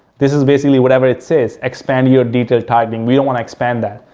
this is basically whatever it says, expand your detailed targeting. we don't want to expand that,